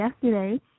yesterday